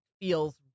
feels